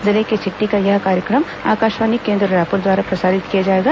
जिले की चिट्ठी का यह कार्यक्रम आकाशवाणी केंद्र रायपुर द्वारा प्रसारित किया जाएगा